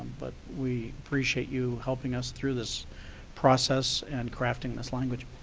but we appreciate you helping us through this process and crafting this language.